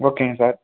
ஓகேங்க சார்